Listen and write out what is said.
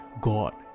God